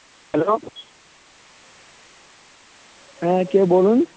hello হ্যাঁ কে বলুন